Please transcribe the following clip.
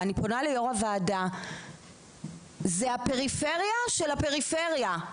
ואני פונה ליו"ר הוועדה זאת הפריפריה של הפריפריה.